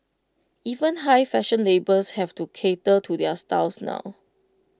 even high fashion labels have to cater to their styles now